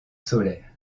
solaire